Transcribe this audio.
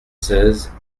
seize